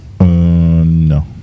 No